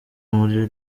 muri